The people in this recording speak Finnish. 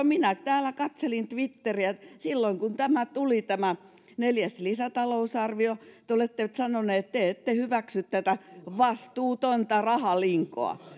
minä täällä katselin twitteriä ja silloin kun tämä neljäs lisätalousarvio tuli niin te olette sanonut että te ette hyväksy tätä vastuutonta rahalinkoa